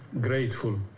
grateful